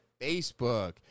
Facebook